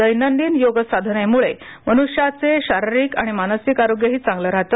दैनंदिन योगसाधनेमुळे मन्य्याचे शारिरीक आणि मानसिक आरोग्यही चांगलेराहते